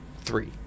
three